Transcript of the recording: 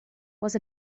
was